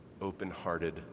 open-hearted